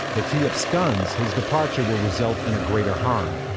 if he absconds, his departure will result in a greater harm,